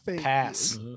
Pass